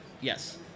Yes